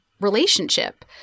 relationship